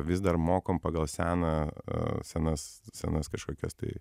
vis dar mokom pagal seną senas senas kažkokias tai